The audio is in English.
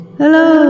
hello